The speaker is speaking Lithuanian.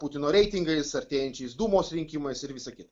putino reitingais artėjančiais dūmos rinkimais ir visa kita